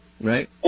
Right